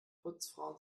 putzfrauen